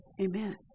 Amen